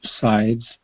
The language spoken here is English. sides